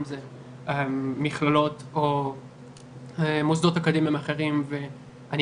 אם זה מכללות או מוסדות אקדמיים אחרים ואני